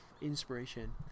inspiration